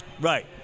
Right